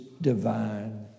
divine